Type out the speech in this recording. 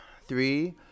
three